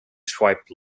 swipe